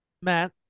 Matt